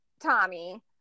Tommy